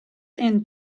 and